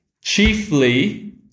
chiefly